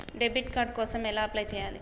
Debit card కోసం ఎలా apply చేయాలి?